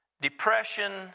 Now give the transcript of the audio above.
depression